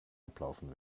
ablaufen